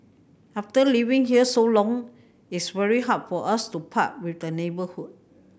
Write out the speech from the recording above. after living here so long it's very hard for us to part with the neighbourhood